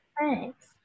Thanks